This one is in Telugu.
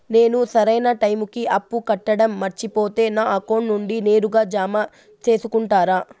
నేను సరైన టైముకి అప్పు కట్టడం మర్చిపోతే నా అకౌంట్ నుండి నేరుగా జామ సేసుకుంటారా?